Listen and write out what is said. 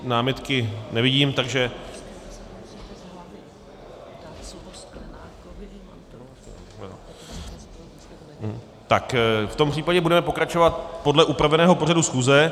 Námitky nevidím, takže v tom případě budeme pokračovat podle upraveného pořadu schůze.